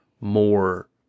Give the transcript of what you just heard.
more